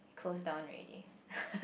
closed down already